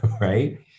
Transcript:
right